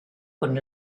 con